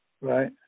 right